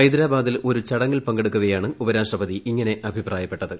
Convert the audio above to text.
ഹൈദരാബാദിൽ ഒരു ചടങ്ങിൽ പങ്കെടുക്കവെയാണ് ഉപരാഷ്ട്രപതി ഇങ്ങനെ അഭിപ്രായപ്പെട്ടത്